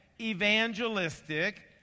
evangelistic